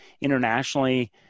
internationally